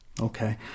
Okay